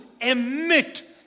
emit